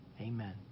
Amen